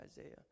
Isaiah